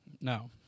No